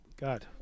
God